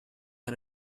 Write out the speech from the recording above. and